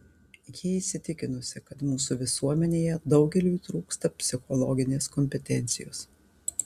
ji įsitikinusi kad mūsų visuomenėje daugeliui trūksta psichologinės kompetencijos